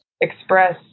express